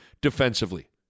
defensively